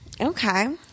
Okay